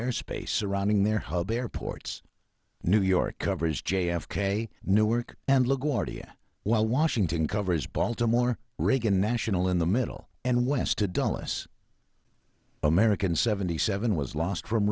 airspace surrounding their hub airports new york covers j f k newark and la guardia while washington covers baltimore reagan national in the middle and west to dulles american seventy seven was lost from